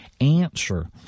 answer